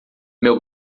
meu